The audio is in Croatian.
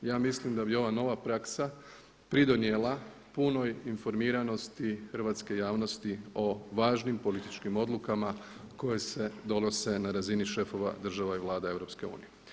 Ja mislim da bi ova nova praksa pridonijela punoj informiranosti hrvatske javnosti o važim političkim odlukama koje se donose na razini šefova država i vlada EU.